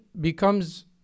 becomes